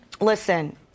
Listen